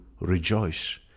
rejoice